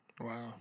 Wow